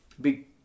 Big